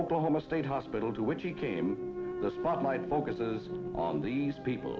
oklahoma state hospital to which he came the spotlight focuses on these people